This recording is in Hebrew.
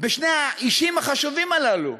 בשני האישים החשובים הללו: